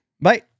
bye